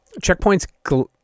Checkpoints